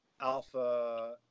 alpha